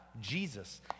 Jesus